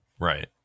Right